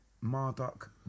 Marduk